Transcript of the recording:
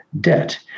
debt